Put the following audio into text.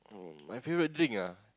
uh my favorite thing ah